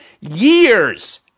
years